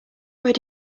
where